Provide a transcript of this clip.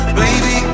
baby